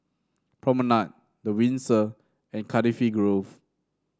Promenade The Windsor and Cardifi Grove